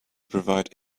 provide